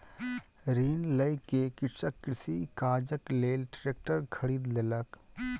ऋण लय के कृषक कृषि काजक लेल ट्रेक्टर खरीद लेलक